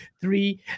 three